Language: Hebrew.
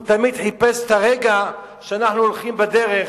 הוא תמיד חיפש את הרגע שאנחנו הולכים בדרך,